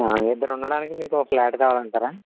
ఇద్దరు ఉండడానికి మీకు ఒక ఫ్లాట్ కావాలి అంటారా